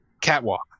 catwalk